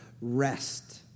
rest